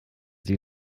sie